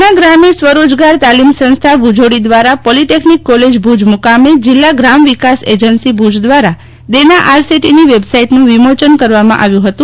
દેના ગ્રામીણ સ્વરોજગાર તાલીમ સંસ્થા ભુજોડી દ્વારા પોલીટેકનિક કોલેજ ભુજ મુકામે જિલ્લા ગ્રામ વિકાસ એજન્સી ભુજ દ્વારા દેના આરસેટીની વેબસાઈટનું વિમોચન કરવામાં આવ્યું ફતું